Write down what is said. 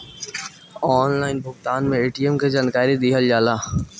Online भुगतान में ATM के जानकारी दिहल जाला?